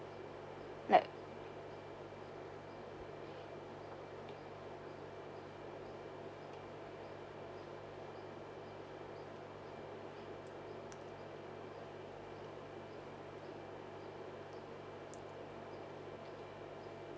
like